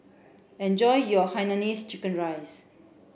enjoy your Hainanese chicken rice